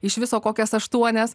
iš viso kokias aštuonias